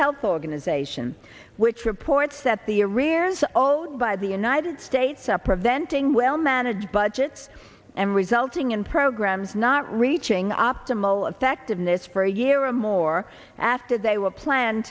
health organization which reports that the arrears oh by the united states are preventing well managed budgets and resulting in programs not reaching optimal effectiveness for a year or more after they were planned